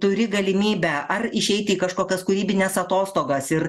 turi galimybę ar išeiti į kažkokias kūrybines atostogas ir